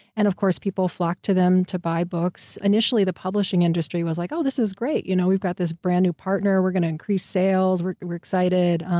and of course, people flocked to them to buy books. initially the publishing industry was like, oh, this is great. you know we've got this brand new partner. we're going to increase sales. sales. we're excited.